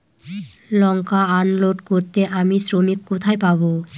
লঙ্কা unload করতে আমি শ্রমিক কোথায় পাবো?